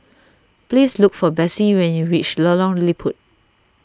please look for Bessie when you reach Lorong Liput